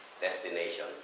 Destination